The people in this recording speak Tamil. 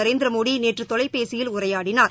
நரேந்திரமோடி நேற்று தொலைபேசியில் உரையாடினார்